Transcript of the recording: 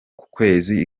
kwezi